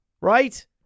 right